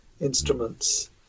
instruments